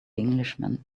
englishman